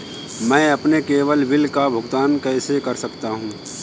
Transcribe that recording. मैं अपने केवल बिल का भुगतान कैसे कर सकता हूँ?